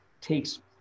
takes